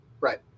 Right